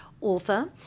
author